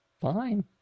fine